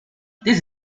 this